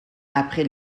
après